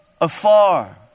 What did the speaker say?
afar